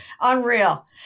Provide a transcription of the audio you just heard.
Unreal